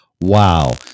wow